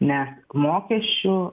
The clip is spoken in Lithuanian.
nes mokesčių